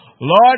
Lord